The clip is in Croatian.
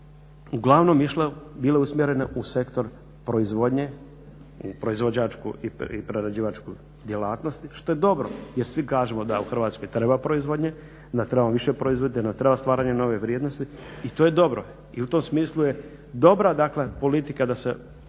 uglavnom išle, bile usmjerene u sektor proizvodnje, u proizvođačku i prerađivačku djelatnost što je dobro jer svi kažemo da u Hrvatskoj treba proizvodnje, da trebamo više proizvoditi jer nam treba stvaranje nove vrijednosti. I to je dobro. I u tom smislu je dobra dakle politika da se